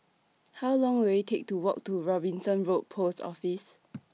How Long Will IT Take to Walk to Robinson Road Post Office